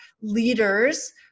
leaders